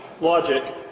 logic